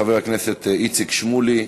חבר הכנסת איציק שמולי,